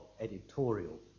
editorial